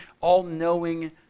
all-knowing